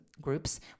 groups